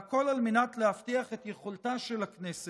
והכול על מנת להבטיח את יכולתה של הכנסת